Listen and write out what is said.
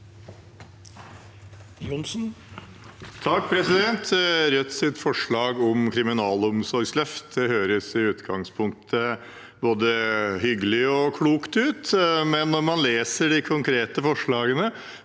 (FrP) Rødts forslag om et kriminalomsorgsløft høres i utgangspunktet både hyggelig og klokt ut, men når man leser de konkrete forslagene,